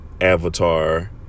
Avatar